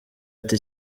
ati